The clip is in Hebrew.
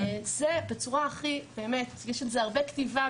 זה בצורה הכי פשוטה יש על זה הרבה כתיבה